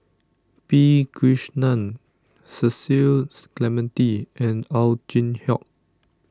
P Krishnan Cecil Clementi and Ow Chin Hock